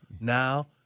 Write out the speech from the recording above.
now